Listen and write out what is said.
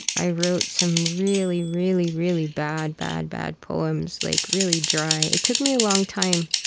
i wrote some really, really, really bad, bad, bad poems, like really dry. it took me a long time.